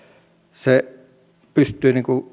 hän pystyy